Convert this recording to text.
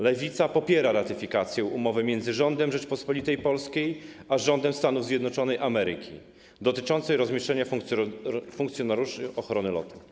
Lewica popiera ratyfikację umowy między rządem Rzeczypospolitej Polskiej a rządem Stanów Zjednoczonych Ameryki dotyczącej rozmieszczenia funkcjonariuszy ochrony lotu.